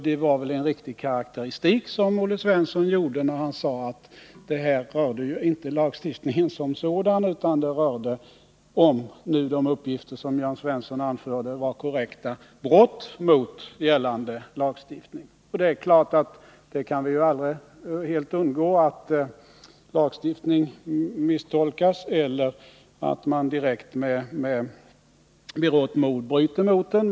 Det var väl en riktig karakteristik som Olle Svensson gjorde, när han sade att det där inte rörde lagstiftningen som sådan utan — om nu de uppgifter som Jörn Svensson lämnade var korrekta — brott mot gällande lagstiftning. Det är klart att vi aldrig helt kan undgå att lagar misstolkas eller att man med berått mod direkt bryter mot dem.